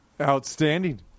outstanding